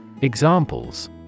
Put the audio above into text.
Examples